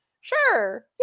sure